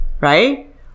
Right